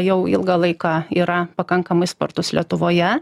jau ilgą laiką yra pakankamai spartus lietuvoje